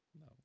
No